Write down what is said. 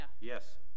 Yes